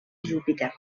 júpiter